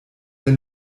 der